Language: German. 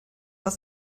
was